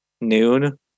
noon